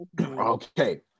Okay